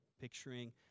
picturing